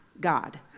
god